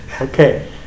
Okay